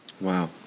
Wow